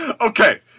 Okay